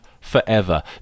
forever